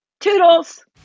toodles